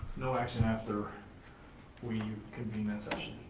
no action after we convene that session.